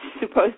supposed